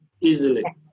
easily